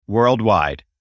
Worldwide